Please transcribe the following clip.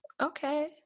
okay